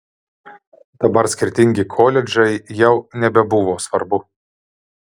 dabar skirtingi koledžai jau nebebuvo svarbu